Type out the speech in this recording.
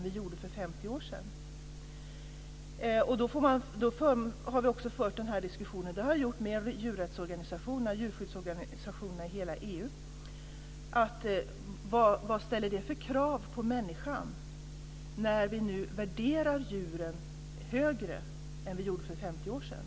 Vi har fört en diskussion med djurrättsorganisationer och djurskyddsorganisationer i hela EU om vad detta ställer för krav på människan när vi nu värderar djuren högre än vi gjorde för 50 år sedan.